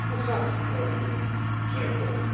hoe gaat het oude jongen zei tom